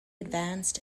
advanced